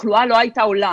התחלואה לא הייתה עולה